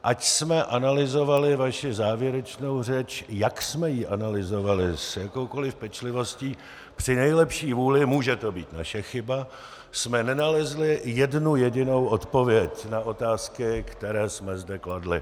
Ať jsme analyzovali vaši závěrečnou řeč, jak jsme ji analyzovali, s jakoukoli pečlivostí, při nejlepší vůli, může to být naše chyba, jsme nenalezli jednu jedinou odpověď na otázky, které jsme zde kladli.